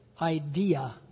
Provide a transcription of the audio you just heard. idea